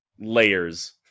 Layers